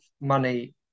money